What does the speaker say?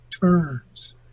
turns